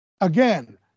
again